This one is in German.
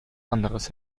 anderes